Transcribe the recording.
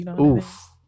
Oof